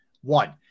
One